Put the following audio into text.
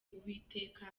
uwiteka